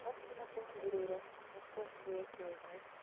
تَتھ چھَنہٕ کانٛہہ ضروٗرت نفرَس سۭتۍ روزنٕچ